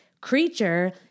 creature